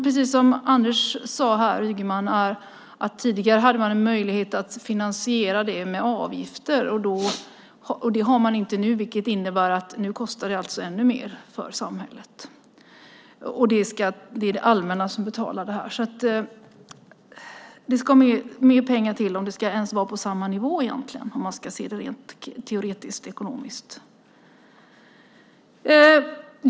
Precis som Anders Ygeman sade hade man tidigare möjlighet att finansiera med avgifter. Det har man inte nu, vilket innebär att det kostar ännu mer för samhället. Det blir det allmänna som betalar det. Det ska mer pengar till om det ens ska vara på samma nivå, om man ser det teoretiskt ekonomiskt.